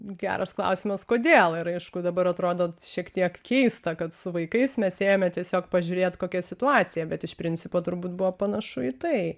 geras klausimas kodėl ir aišku dabar atrodo šiek tiek keista kad su vaikais mes ėjome tiesiog pažiūrėt kokia situacija bet iš principo turbūt buvo panašu į tai